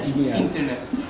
internet